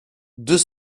deux